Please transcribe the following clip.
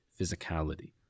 physicality